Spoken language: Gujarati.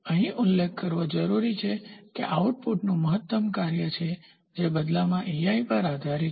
અહીં ઉલ્લેખ કરવો જરૂરી છે કે આઉટપુટ મહત્તમનું કાર્ય છે જે બદલામાં Ei પર આધારિત છે